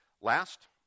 Last